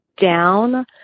down